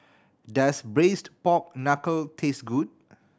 does Braised Pork Knuckle taste good